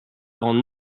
rendent